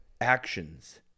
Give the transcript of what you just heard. actions